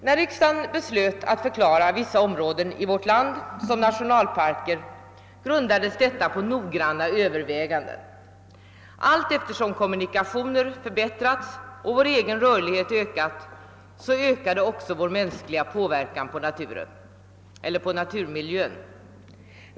När riksdagen beslöt att förklara vissa områden i vårt land som nationalparker grundades detta på noggranna överväganden. Allteftersom kommunikationerna förbättrades och vår egen rörlighet ökade, så ökade också vår mänskliga påverkan på naturmiljön.